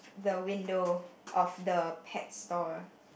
the window of the pet store